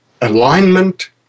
alignment